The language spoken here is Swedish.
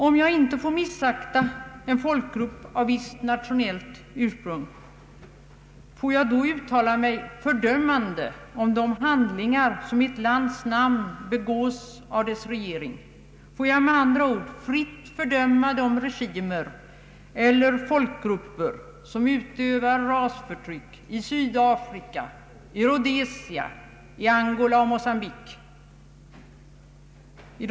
Om jag inte får missakta en folkgrupp av visst nationellt ursprung, får jag då uttala mig fördömande om de handlingar som i ett lands namn begås av dess regering? Får jag med andra ord fritt fördöma de regimer eller folkgrupper som utövar rasförtyck i Sydafrika, i Rhodesia, i Angola och i Mo avskaffande av rasdiskriminering, m.m. cambique?